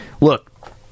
look